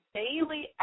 daily